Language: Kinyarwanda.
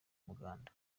umuganda